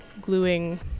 gluing